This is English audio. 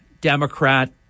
Democrat